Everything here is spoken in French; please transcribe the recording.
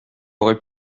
aurait